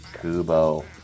Kubo